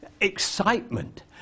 excitement